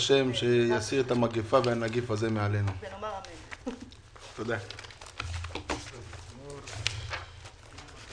הישיבה ננעלה בשעה 10:25.